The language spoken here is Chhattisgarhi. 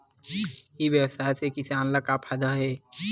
ई व्यवसाय से किसान ला का फ़ायदा हे?